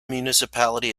municipality